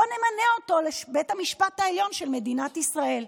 בואו נמנה אותו לבית המשפט העליון של מדינת ישראל.